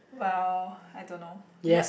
well I don't know ya